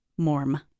MORM